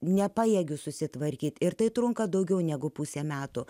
nepajėgiu susitvarkyti ir tai trunka daugiau negu pusę metų